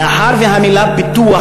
מאחר שהמילה "פיתוח",